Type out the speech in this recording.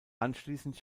anschließend